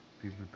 People